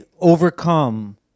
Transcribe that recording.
overcome